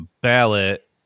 ballot